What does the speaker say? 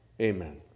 Amen